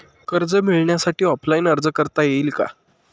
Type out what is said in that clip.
कर्ज मिळण्यासाठी ऑफलाईन अर्ज करता येईल का?